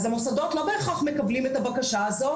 אז המוסדות לא בהכרח מקבלים את הבקשה הזו,